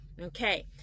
okay